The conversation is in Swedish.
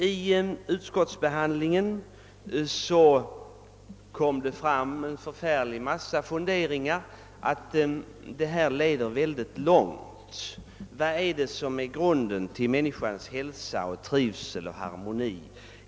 Vid utskottsbehandlingen framfördes en hel massa funderingar i de frågor som tagits upp i motionerna. Vad är det som är grunden till människans hälsa och trivsel och harmoni?